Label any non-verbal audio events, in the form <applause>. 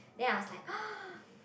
then I was like <noise>